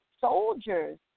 soldiers